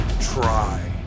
try